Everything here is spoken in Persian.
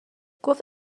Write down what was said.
گفت